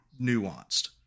nuanced